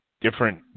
Different